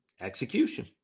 execution